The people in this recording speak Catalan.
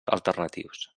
alternatius